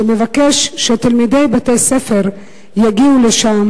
שמבקש שתלמידי בית-ספר יגיעו לשם.